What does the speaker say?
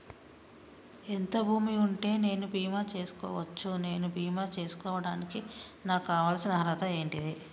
ఎంత భూమి ఉంటే నేను బీమా చేసుకోవచ్చు? నేను బీమా చేసుకోవడానికి నాకు కావాల్సిన అర్హత ఏంటిది?